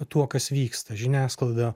tuo kas vyksta žiniasklaida